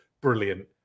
Brilliant